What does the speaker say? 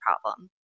problem